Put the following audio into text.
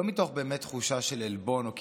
לא מתוך באמת תחושה של עלבון או קיפוח,